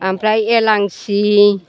ओमफ्राय एलांसि